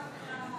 שרן,